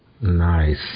Nice